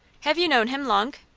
have you known him long?